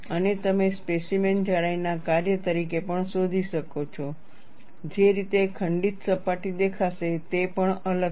અને તમે સ્પેસીમેન જાડાઈના કાર્ય તરીકે પણ શોધી શકો છો જે રીતે ખંડિત સપાટી દેખાશે તે પણ અલગ છે